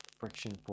friction